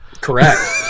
correct